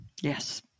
Yes